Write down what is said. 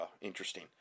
interesting